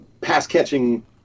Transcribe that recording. pass-catching